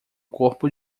corpo